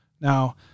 Now